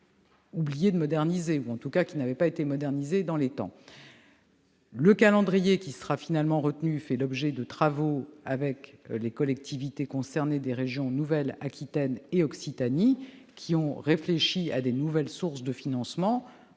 oublié de moderniser ou, en tout cas, qui n'avait pas été modernisée dans les temps. Le calendrier qui sera finalement retenu fait l'objet de travaux avec les collectivités concernées des régions Nouvelle-Aquitaine et Occitanie, qui ont réfléchi à de nouvelles sources de financement,